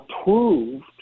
approved